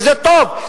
וזה טוב,